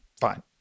fine